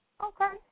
Okay